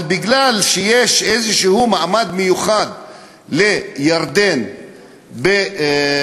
אבל מכיוון שיש איזה מעמד מיוחד לירדן באל-אקצא,